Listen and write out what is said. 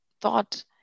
thought